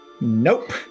Nope